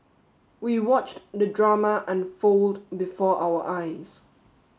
we watched the drama unfold before our eyes